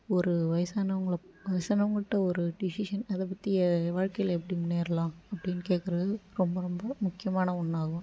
ஒரு வயசானவங்களை வயசானவங்ககிட்ட ஒரு டிசிஷன் அதை பற்றி வாழ்க்கையில் எப்படி முன்னேறலாம் அப்படின்னு கேட்கறது ரொம்ப ரொம்ப முக்கியமான ஒன்றாகும்